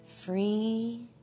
Free